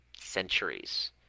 centuries